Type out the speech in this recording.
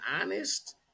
honest